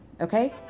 okay